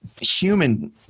human